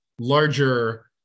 larger